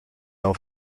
auf